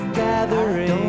gathering